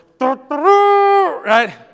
Right